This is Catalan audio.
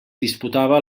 disputava